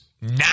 now